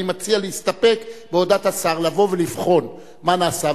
אני מציע להסתפק בהודעת השר לבוא ולבחון מה נעשה,